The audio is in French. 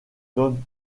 don